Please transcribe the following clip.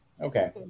Okay